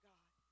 God